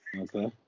Okay